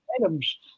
items